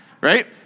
right